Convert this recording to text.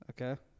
Okay